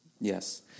yes